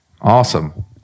Awesome